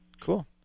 Cool